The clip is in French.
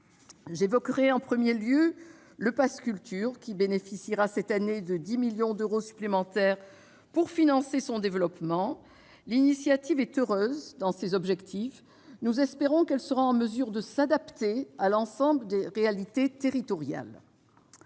J'évoquerai en premier lieu le pass culture, qui bénéficiera de 10 millions d'euros supplémentaires pour financer son développement. L'initiative est heureuse eu égard à ses objectifs. Nous espérons qu'elle sera en mesure de s'adapter à l'ensemble des réalités territoriales.